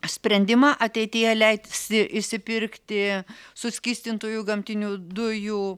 sprendimą ateityje leisti išsipirkti suskystintųjų gamtinių dujų